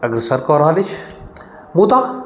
अग्रसर कऽ रहल अछि मुदा